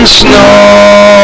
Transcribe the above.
snow